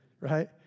right